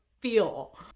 feel